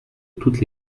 toutes